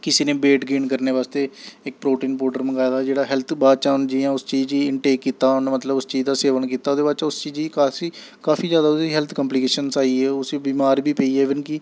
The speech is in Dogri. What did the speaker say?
किसी ने वेट गेन करने बास्तै इक प्रोटीन पौडर मंगाए दा जेह्ड़ा हैल्थ बाद चा जि'यां उस चीज गी इंटेक कीता उ'न्न मतलब उस चीज दा सेवन कीता ओह्दे बाद च उस्सी जी काफी काफी जैदा ओह्दे च हैल्थ कंपलीकेशन्स आई गे उस्सी बीमार बी पेई गे ईवन कि